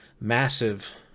massive